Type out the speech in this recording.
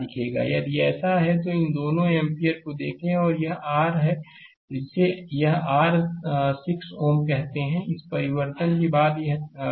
slide समय देखें 2121 यदि ऐसा है तो इन दो एम्पीयर को देखें और यह r है जिसे यह r 6 Ω कहते हैं इस परिवर्तन के बाद 12